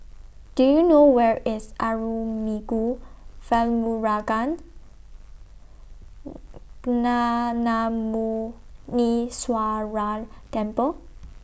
Do YOU know Where IS Arulmigu Velmurugan Temple